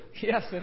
yes